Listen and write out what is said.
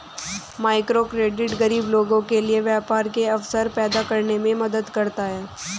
microcredit गरीब लोगों के लिए व्यापार के अवसर पैदा करने में मदद करता है